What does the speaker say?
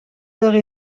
heures